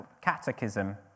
Catechism